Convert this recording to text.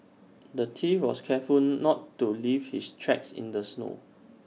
the thief was careful not to leave his tracks in the snow